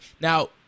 Now